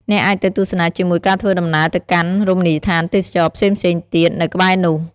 អ្នកអាចទៅទស្សនាជាមួយការធ្វើដំណើរទៅកាន់រមណីយដ្ឋានទេសចរណ៍ផ្សេងៗទៀតនៅក្បែរនោះ។